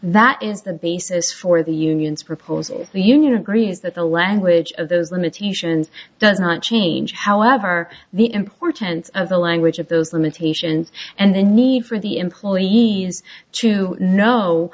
that is the basis for the union's proposal the union agrees that the language of those limitations does not change however the importance of the language of those limitations and the need for the employee use to know